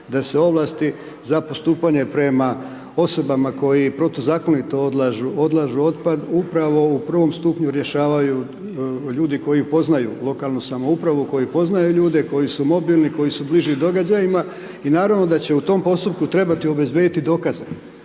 da se ovlasti za postupanje prema osobama koji protuzakonito odlažu otpad upravo u ovom prvom stupnju rješavaju ljudi koji poznaju lokalnu samoupravu, koji poznaju ljude, koji su mobilni, koji su bliži događajima i naravno da će u tom postupku trebati obezbijediti dokaze.